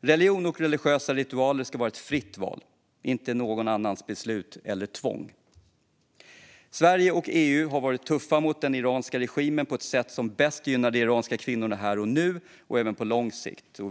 Religion och religiösa ritualer ska vara ett fritt val, inte någon annans beslut eller tvång. Sverige och EU har att vara tuffa mot den iranska regimen på det sätt som bäst gynnar de iranska kvinnorna här och nu, och även på lång sikt.